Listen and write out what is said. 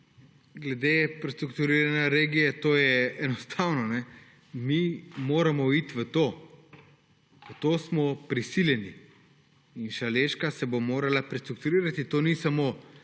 glede prestrukturiranja regije, to je enostavno. Mi moramo iti v to, v to smo prisiljeni. In Šaleška regija se bo morala prestrukturirati. To ni samo